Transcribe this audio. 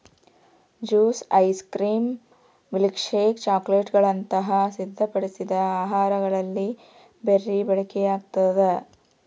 juice ice cream milkshake ಚಾಕೊಲೇಟ್ಗುಳಂತ ಸಿದ್ಧಪಡಿಸಿದ ಆಹಾರಗಳಲ್ಲಿ ಬೆರಿ ಬಳಕೆಯಾಗ್ತದ